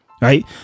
right